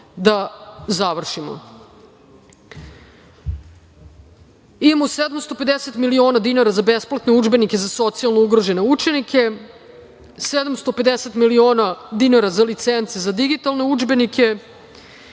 da završimo. Imamo 750 miliona dinara za besplatne udžbenike za socijalno ugrožene učenika, 750 miliona dinara za licence za digitalne udžbenike,